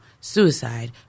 suicide